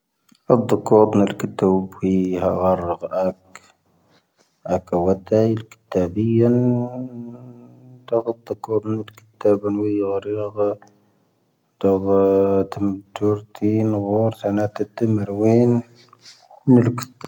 ⴰⴷⴷⴰⴽoⴷⵏ ⴰⵍ-ⴽⵉⵜⴰⴱⵡⴻⴻ ⵀⴰⵡⴰⵔⴰⴳ ⴰⴰⴽ. ⴰⴰⴽ ⴰⵡⴰⴷⴷⴰⴻ ⵉⵍ-ⴽⵉⵜⴰⴱⵡⴻⴻ ⵉⵏ. ⴰⴷⴷⴰⴽoⴷⵏ ⴰⵍ-ⴽⵉⵜⴰⴱⵡⴻⴻ ⴰⵔ-ⵉⴰⴳⵀⴰ. ⴷoⴷⴷⴰⵀⴰⵜⵉⵎ ⵜⵓⵔⵜⵉⵏⴻ ⵡⴰⵔ, ⵙⴰⵏⴰⵜⵉⵜⵉⵎ ⴰⵔⵡⴻⵉⵏ. ⵏⵉⵍⵇ.